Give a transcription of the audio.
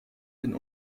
den